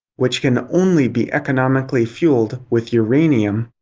which can only be economically fueled with uranium,